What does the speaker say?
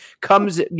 comes